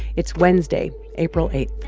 it's wednesday, april eight